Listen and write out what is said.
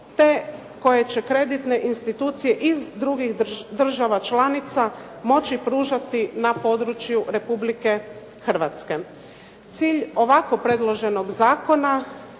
te koje će kreditne institucije iz drugih država članica moći pružati na području Republike Hrvatske. Cilj ovako predloženog zakona